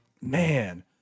man